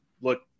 look